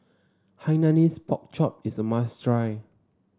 Hainanese Pork Chop is a must try